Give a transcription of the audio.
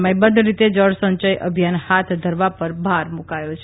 સમયબદ્ધ રીતે જળસંચય અભિયાન હાથ ધરવા પર ભાર મૂકાયો છે